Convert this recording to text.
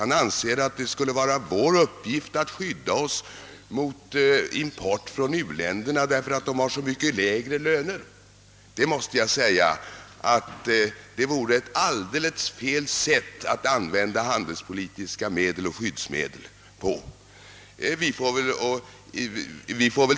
Han anser att det skulle vara vår uppgift att skydda oss mot import från u-länderna därför att de har så mycket lägre löner. Det vore ett alldeles felaktigt sätt att använda handelspolitiska skyddsmedel.